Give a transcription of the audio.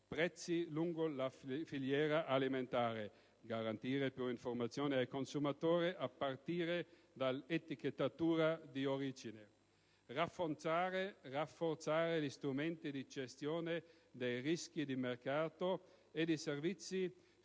prezzi lungo la filiera alimentare, garantire più informazione al consumatore a partire dall'etichettatura di origine, rafforzare gli strumenti di gestione dei rischi di mercato e i servizi finanziari